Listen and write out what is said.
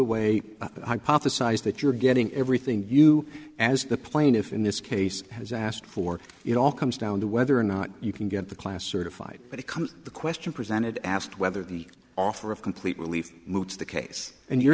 away the size that you're getting everything you as the plaintiff in this case has asked for it all comes down to whether or not you can get the class certified but it comes the question presented asked whether the offer of complete relief moved to the case and your